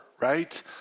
right